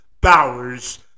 Bowers